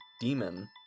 demon